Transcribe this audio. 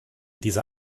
dieser